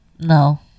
No